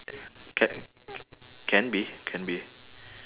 ca~ can be can be